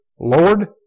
Lord